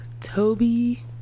toby